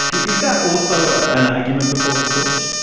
it is that also an argument before the court?